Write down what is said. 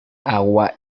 agua